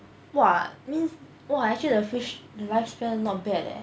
!wah! means !wah! actually the fish lifespan not bad eh